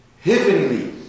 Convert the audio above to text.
heavenly